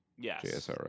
Yes